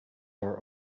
are